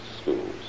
schools